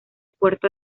puerto